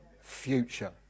future